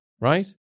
right